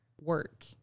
work